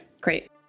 Great